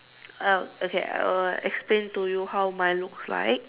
I will okay I will explain to you how mine looks like